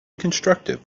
constructive